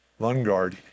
Lungard